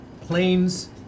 planes